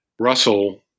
Russell